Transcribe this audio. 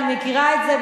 אני מכירה את זה,